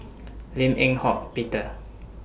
Lim Eng Hock Peter